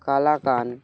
kalakand